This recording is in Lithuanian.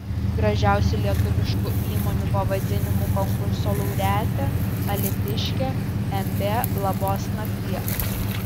gražiausių lietuviškų įmonių pavadinimų konkurso laureatė alytiškė mb labos nakties